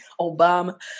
Obama